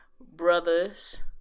Brothers